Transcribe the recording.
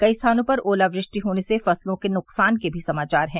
कई स्थानों पर ओलावृष्टि होने से फसलों के नुकसान के भी समाचार हैं